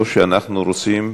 או שאנחנו רוצים,